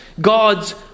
God's